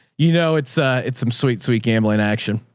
you know, it's a, it's some sweet, sweet gambling action.